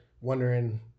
wondering